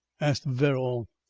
asked verrall.